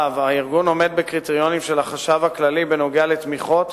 הארגון עומד בקריטריונים של החשב הכללי בנוגע לתמיכות,